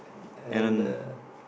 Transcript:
and uh